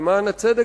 למען הצדק,